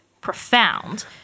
profound